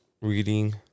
reading